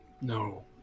No